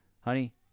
Honey